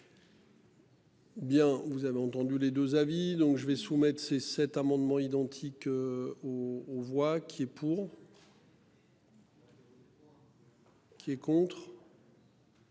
Bien, vous avez entendu les deux avis. Donc je vais soumettre ces cet amendement identique. Oh on voit qui est pour. Qui s'abstient.